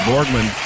Borgman